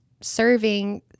serving